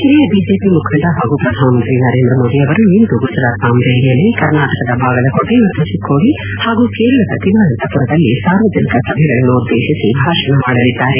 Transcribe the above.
ಹಿರಿಯ ಬಿಜೆಪಿ ಮುಖಂಡ ಹಾಗೂ ಪ್ರಧಾನಮಂತ್ರಿ ನರೇಂದ್ರ ಮೋದಿ ಅವರು ಇಂದು ಗುಜರಾತ್ನ ಅಮ್ರೆಲಿಯಲ್ಲಿ ಕರ್ನಾಟಕದ ಬಾಗಲಕೋಟೆ ಮತ್ತು ಚಿಕ್ಕೋಡಿ ಹಾಗೂ ಕೇರಳದ ತಿರುವನಂತಪುರದಲ್ಲಿ ಸಾರ್ವಜನಿಕ ಸಭೆಗಳನ್ನುದ್ದೇಶಿ ಭಾಷಣ ಮಾಡಲಿದ್ದಾರೆ